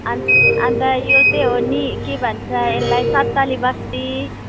अन् अनि त यो चाहिँ हो नि के भन्छ यसलाई सातताली बस्ती